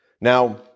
Now